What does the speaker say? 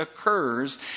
occurs